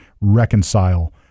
reconcile